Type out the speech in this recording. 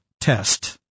test